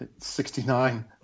69